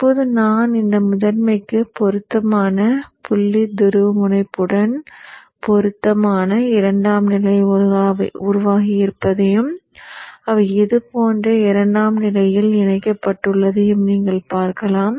இப்போது நான் இந்த முதன்மைக்கு பொருத்தமான புள்ளி துருவமுனைப்புடன் பொருத்தமான இரண்டாம்நிலையை உருவாக்கியிருப்பதையும் அவை இது போன்ற இரண்டாம்நிலையில் இணைக்கப்பட்டுள்ளதையும் நீங்கள் பார்க்கலாம்